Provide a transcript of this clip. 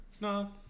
No